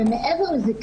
מעבר לזה,